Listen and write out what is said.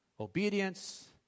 Obedience